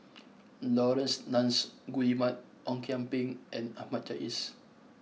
Laurence Nunns Guillemard Ong Kian Peng and Ahmad Jais